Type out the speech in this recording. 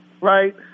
right